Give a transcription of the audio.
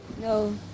No